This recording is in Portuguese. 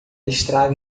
estraga